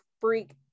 freak